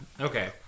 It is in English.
Okay